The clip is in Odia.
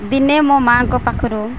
ଦିନେ ମୋ ମା'ଙ୍କ ପାଖରୁ